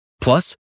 Plus